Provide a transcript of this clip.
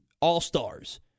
all-stars